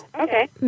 Okay